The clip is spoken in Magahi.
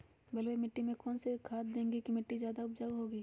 बलुई मिट्टी में कौन कौन से खाद देगें की मिट्टी ज्यादा उपजाऊ होगी?